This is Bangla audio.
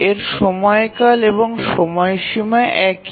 এর সময়কাল এবং সময়সীমা একই